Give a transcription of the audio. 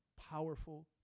powerful